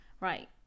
right